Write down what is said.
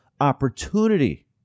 opportunity